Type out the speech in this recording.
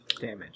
damage